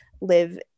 live